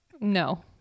No